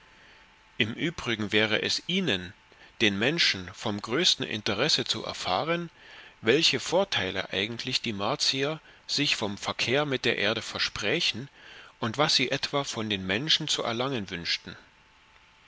im übrigen wäre es ihnen den menschen vom größten interesse zu erfahren welche vorteile eigentlich die martier sich vom verkehr mit der erde versprächen und was sie etwa von den menschen zu erlangen wünschten